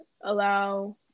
allow